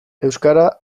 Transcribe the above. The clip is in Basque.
euskara